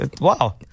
Wow